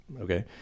okay